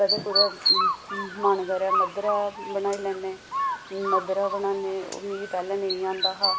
कदे कुदै मन करै मद्धरा बनाई लैन्ने मद्धरा बनान्नी ओह् मि पैह्ले नेईं आंदा हा